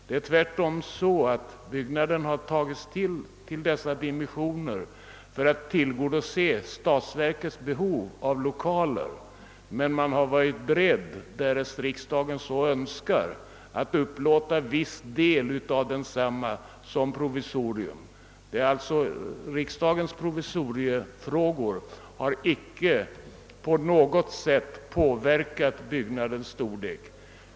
Det är tvärtom så, att byggnaden har fått sina dimensioner för att tillgodose statsverkets behov av lokaler. Men man har varit beredd — om riksdagen så önskar — att upplåta en viss del av byggnaden som ett provisorium. Riksdagens provisoriefrågor har alltså icke på något sätt påverkat byggnadens storlek.